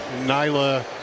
Nyla